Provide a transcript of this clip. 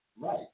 Right